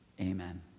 Amen